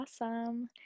Awesome